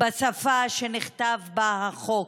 בשפה שבה נכתב החוק.